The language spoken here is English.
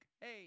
Hey